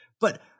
But-